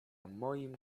moim